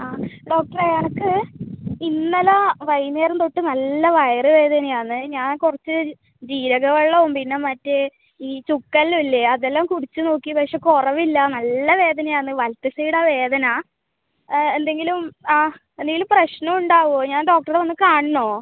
ആ ഡോക്ടറെ എനിക്ക് ഇന്നലെ വൈന്നേരം തൊട്ട് നല്ല വയറുവേദനയാന്ന് ഞാൻ കുറച്ച് ജീരക വെള്ളവും പിന്നെ മറ്റേ ഈ ചുക്ക് എല്ലം ഇല്ലേ അത് എല്ലാം കുടിച്ച് നോക്കി പക്ഷെ കുറവ് ഇല്ല നല്ല വേദനയാന്ന് വലത്ത് സൈഡാണ് വേദന എന്തെങ്കിലും ആ എന്തെങ്കിലും പ്രശ്നം ഉണ്ടാകുമോ ഞാൻ ഡോക്ടറെ വന്ന് കാണണോ